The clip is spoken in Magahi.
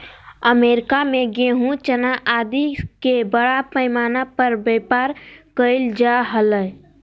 अमेरिका में गेहूँ, चना आदि के बड़ा पैमाना पर व्यापार कइल जा हलय